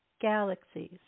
Galaxies